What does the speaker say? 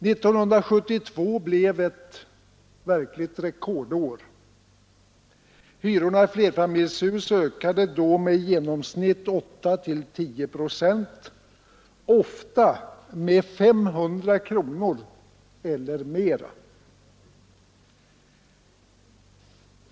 1972 blev ett verkligt rekordår. Hyrorna i flerfamiljshus ökade då med i genomsnitt 8—10 procent, ofta med 500 kronor eller mer.